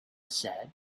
said